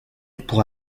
pour